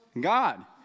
God